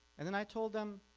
and then i told them,